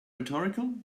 rhetorical